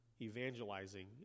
evangelizing